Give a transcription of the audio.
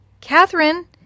Catherine